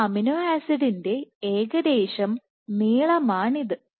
ഒരു അമിനോ ആസിഡിന്റെ ഏകദേശം നീളമാണിത്